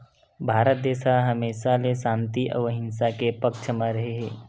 भारत देस ह हमेसा ले सांति अउ अहिंसा के पक्छ म रेहे हे